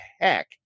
heck